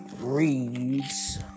reads